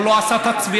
או לא עשה את הצביעה,